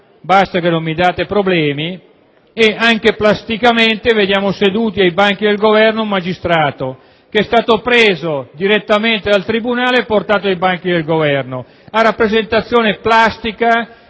basta che non mi date problemi. Anche plasticamente, vediamo seduto ai banchi del Governo un magistrato, che è stato preso direttamente dal tribunale e portato qui a rappresentazione plastica